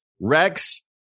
Rex